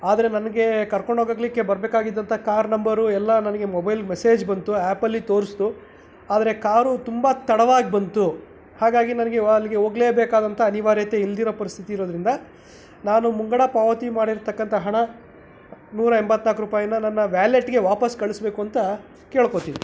ಆದರೆ ನನಗೇ ಕರ್ಕೊಂಡು ಹೋಗೋಕ್ಕೆ ಬರಬೇಕಾಗಿದ್ದಂಥ ಕಾರ್ ನಂಬರು ಎಲ್ಲ ನನಗೆ ಮೊಬೈಲ್ಗೆ ಮೆಸೇಜ್ ಬಂತು ಆ್ಯಪ್ ಅಲ್ಲಿ ತೋರಿಸ್ತು ಆದರೆ ಕಾರು ತುಂಬ ತಡವಾಗಿ ಬಂತು ಹಾಗಾಗಿ ನನಗೆ ಇವಾ ಅಲ್ಲಿಗೆ ಹೋಗಲೇಬೇಕಾದಂಥ ಅನಿವಾರ್ಯತೆ ಇಲ್ಲದಿರೋ ಪರಿಸ್ಥಿತಿ ಇರೋದ್ರಿಂದ ನಾನು ಮುಂಗಡ ಪಾವತಿ ಮಾಡಿರತಕ್ಕಂಥ ಹಣ ನೂರೆಂಬತ್ನಾಲ್ಕು ರೂಪಾಯಿನ ನನ್ನ ವ್ಯಾಲೆಟ್ಗೆ ವಾಪಸ್ಸು ಕಳಿಸಬೇಕು ಅಂತ ಕೇಳ್ಕೋತೀನಿ